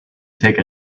take